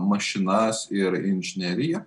mašinas ir inžineriją